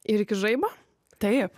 ir iki žaibo taip